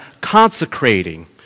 consecrating